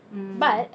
mm mm mm